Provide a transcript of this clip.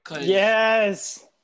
Yes